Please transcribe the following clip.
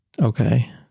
Okay